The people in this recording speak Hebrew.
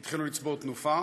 התחילו לצבור תנופה,